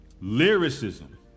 lyricism